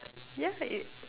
yeah it